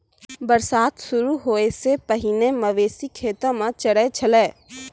बरसात शुरू होय सें पहिने मवेशी खेतो म चरय छलै